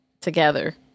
together